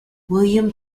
william